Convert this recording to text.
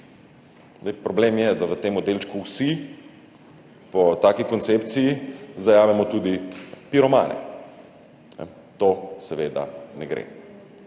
Problem je, da v tem delčku »vsi« po taki koncepciji zajamemo tudi piromane. To seveda ne gre.